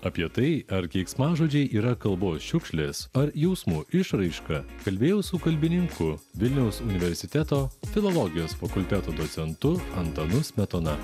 apie tai ar keiksmažodžiai yra kalbos šiukšlės ar jausmų išraiška kalbėjau su kalbininku vilniaus universiteto filologijos fakulteto docentu antanu smetona